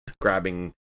grabbing